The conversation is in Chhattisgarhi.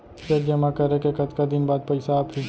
चेक जेमा करे के कतका दिन बाद पइसा आप ही?